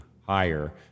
higher